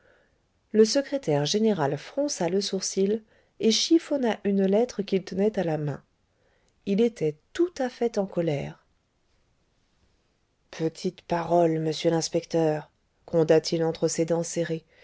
le secrétaire général fronça le sourcil et chiffonna une lettre qu'il tenait à la main il était tout à fait en colère petite parole monsieur l'inspecteur gronda t il entre ses dents serrées